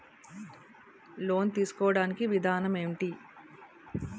Loan తీసుకోడానికి విధానం ఏంటి?